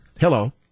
hello